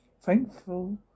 Thankful